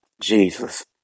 Jesus